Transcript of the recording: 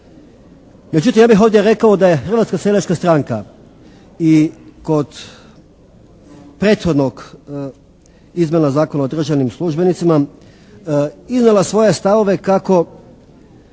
ja bih ovdje rekao da je Hrvatska seljačka stranka i kod prethodnog izmjena Zakona o državnim službenicima iznijela svoje stavove kako